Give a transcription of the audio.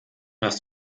hast